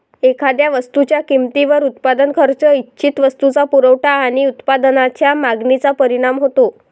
एखाद्या वस्तूच्या किमतीवर उत्पादन खर्च, इच्छित वस्तूचा पुरवठा आणि उत्पादनाच्या मागणीचा परिणाम होतो